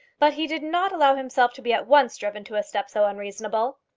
but he did not allow himself to be at once driven to a step so unreasonable.